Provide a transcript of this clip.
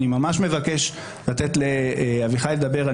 אני ממש מבקש לתת לאביחי לדבר.